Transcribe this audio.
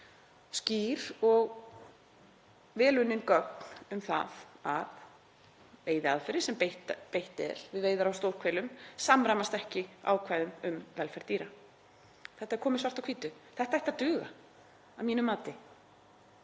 skýr og vel unnin gögn um það að veiðiaðferðir sem beitt er við veiðar á stórhvelum samræmast ekki ákvæðum um velferð dýra. Þetta er komið svart á hvítu. Þetta ætti að duga að mínu mati.